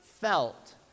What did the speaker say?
felt